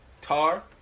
Tar